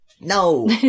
No